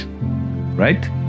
right